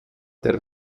der